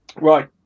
right